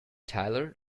tyler